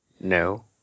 No